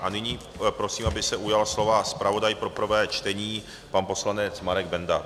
A nyní prosím, aby se ujal slova zpravodaj pro prvé čtení pan poslanec Marek Benda.